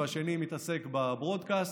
והשני מתעסק בברודקסט.